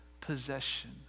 possession